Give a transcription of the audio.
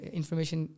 information